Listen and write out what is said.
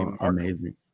amazing